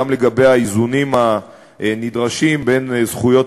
גם לגבי האיזונים הנדרשים בין זכויות